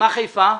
מה בחיפה?